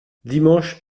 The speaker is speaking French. dimanche